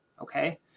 okay